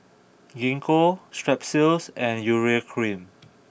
Gingko Strepsils and Urea cream